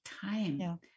time